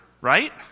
right